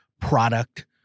product